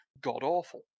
god-awful